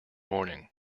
morning